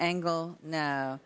angle no